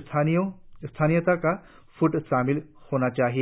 स्थानीयता का पुट शामिल होना चाहिए